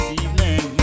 evening